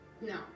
No